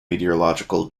meteorological